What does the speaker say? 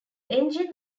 engine